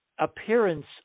appearance